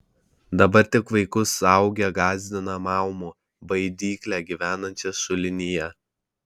dabar tik vaikus suaugę gąsdina maumu baidykle gyvenančia šulinyje